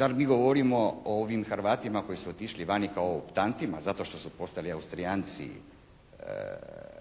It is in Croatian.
Zar mi govorimo o ovim Hrvatima koji su otišli vani kao optantima zato što su postali Austrijanci,